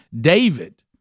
David –